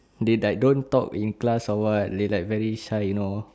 they like don't talk in class or what they like very shy you know